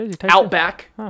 Outback